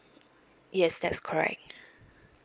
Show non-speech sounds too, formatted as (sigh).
yes that's correct (breath)